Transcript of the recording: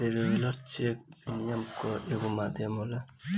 traveller cheque विनिमय कअ एगो माध्यम होला